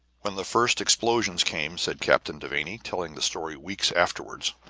when the first explosion came, said captain devanny, telling the story weeks afterward,